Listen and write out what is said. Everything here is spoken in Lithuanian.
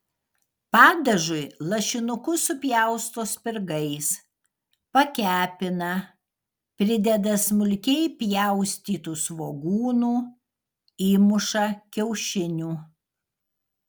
padažui lašinukus supjausto spirgais pakepina prideda smulkiai pjaustytų svogūnų įmuša kiaušinių